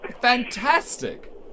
fantastic